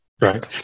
right